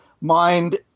Mind